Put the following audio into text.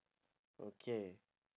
okay